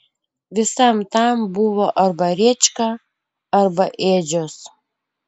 visam tam buvo arba rėčka arba ėdžios